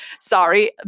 sorry